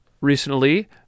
recently